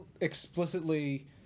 explicitly